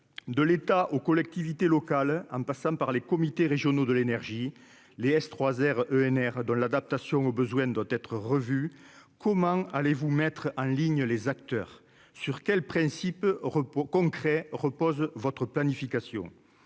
de l'État aux collectivités locales en passant par les comités régionaux de l'énergie Les S trois heures ENR dans l'adaptation aux besoins doit être revu, comment allez-vous mettre en ligne les acteurs sur quels principes repos concret repose votre planification à